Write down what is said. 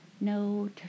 no